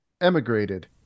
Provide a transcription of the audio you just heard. emigrated